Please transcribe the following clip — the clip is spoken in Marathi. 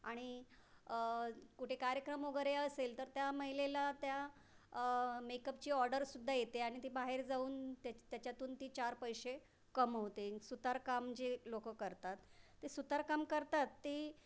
आणि कुठे कार्यक्रम वगैरे असेल तर त्या महिलेला त्या मेकअपची ऑर्डरसुद्धा येते आणि ती बाहेर जाऊन त्याच त्याच्यातून ती चार पैसे कमवते सुतारकाम जे लोकं करतात ते सुतारकाम करतात ते